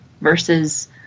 versus